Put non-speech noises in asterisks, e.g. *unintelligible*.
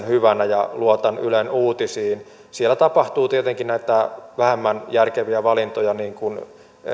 *unintelligible* hyvänä ja luotan ylen uutisiin siellä tapahtuu tietenkin näitä vähemmän järkeviä valintoja niin kuin